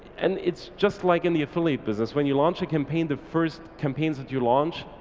and it's just like in the affiliate business when you launch a campaign the first campaigns that you launch,